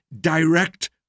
direct